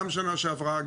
גם בשנה שעברה,